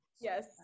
Yes